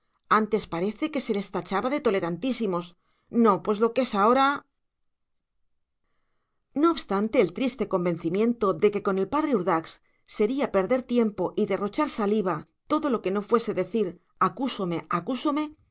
antes parece que se les tachaba de tolerantísimos no pues lo que es ahora no obstante el triste convencimiento de que con el padre urdax sería perder tiempo y derrochar saliva todo lo que no fuese decir acúsome acúsome